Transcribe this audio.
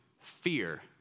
fear